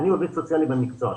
אני עובד סוציאלי במקצוע שלי.